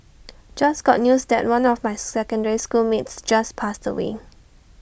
just got news that one of my secondary school mates just passed away